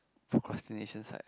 procrastination side